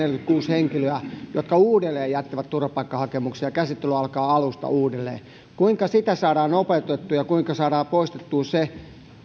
henkilöä jotka uudelleen jättävät turvapaikkahakemuksen ja käsittely alkaa alusta uudelleen kuinka sitä saadaan nopeutettua ja kuinka saadaan poistettua se